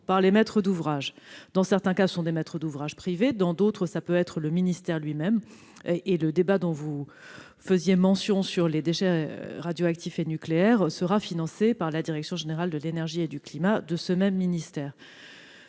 par les maîtres d'ouvrage. Dans certains cas, il s'agit de maîtres d'ouvrage privés ; dans d'autres, cela peut être le ministère lui-même. Le débat que vous avez mentionné sur les déchets radioactifs et nucléaires sera financé par la direction générale de l'énergie et du climat de ce même ministère.